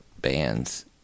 bands